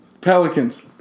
Pelicans